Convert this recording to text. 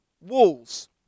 walls